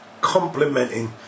complementing